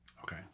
Okay